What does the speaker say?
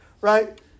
right